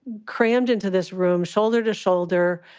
crammed into this room, shoulder to shoulder.